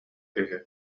үһү